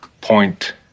point